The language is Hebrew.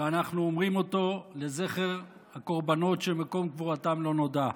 שאנחנו אומרים אותו לזכר הקורבנות שמקום קבורתם לא נודע.